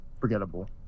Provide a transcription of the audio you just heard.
Forgettable